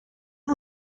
und